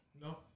No